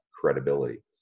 credibility